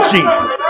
Jesus